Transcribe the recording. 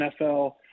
NFL –